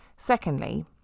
Secondly